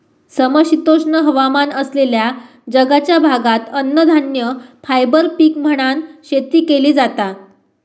समशीतोष्ण हवामान असलेल्या जगाच्या भागात अन्नधान्य, फायबर पीक म्हणान शेती केली जाता